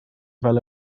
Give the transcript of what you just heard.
fel